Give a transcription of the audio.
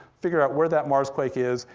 figure out where that marsquake is,